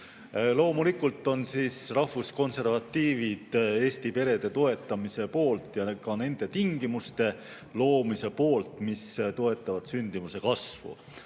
Loomulikult on rahvuskonservatiivid Eesti perede toetamise poolt ja ka nende tingimuste loomise poolt, mis toetavad sündimuse kasvu.